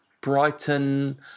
Brighton